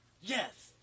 Yes